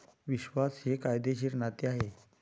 विश्वास हे कायदेशीर नाते आहे